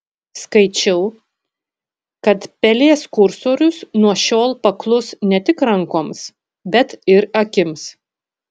skaičiau kad pelės kursorius nuo šiol paklus ne tik rankoms bet ir akims